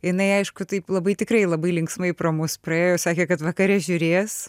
jinai aišku taip labai tikrai labai linksmai pro mus praėjo sakė kad vakare žiūrės